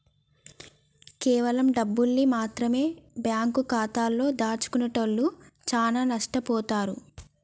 కేవలం డబ్బుల్ని మాత్రమె బ్యేంకు ఖాతాలో దాచుకునేటోల్లు చానా నట్టబోతారు